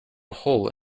hole